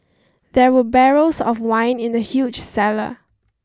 there were barrels of wine in the huge cellar